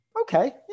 Okay